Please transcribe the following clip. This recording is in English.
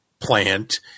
plant